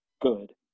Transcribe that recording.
good